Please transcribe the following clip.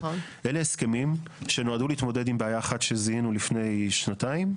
אלה הסכמים שנועדו להתמודד עם בעיה אחת שזיהינו לפני שנתיים.